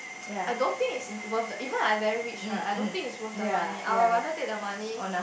I don't think is worth the even I very rich right I don't think is worth the money I would rather take the money